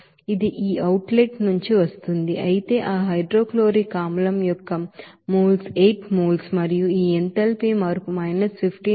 ఇది ఈ outlet నుంచి వస్తుంది అయితే ఆ హైడ్రోక్లోరిక్ ఆసిడ్ యొక్క మోల్స్ 8 moles మరియు ఈ ఎంథాల్పీ చేంజ్ 59